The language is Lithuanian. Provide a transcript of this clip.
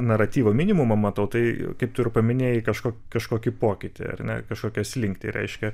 naratyvo minimumą matau tai kaip tu ir paminėjai kažko kažkokį pokytį ar ne kažkokią slinktį reiškia